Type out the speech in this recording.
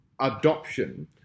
adoption